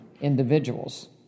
individuals